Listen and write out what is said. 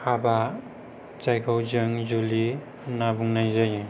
हाबा जायखौ जों जुलि होनना बुंनाय जायो